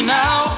now